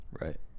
Right